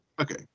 Okay